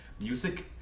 music